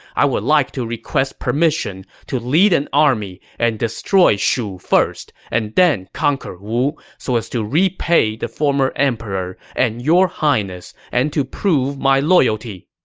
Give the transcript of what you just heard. i would like to request permission to lead an army and destroy shu first, and then conquer wu, so as to repay the former emperor and your highness and to prove my loyalty.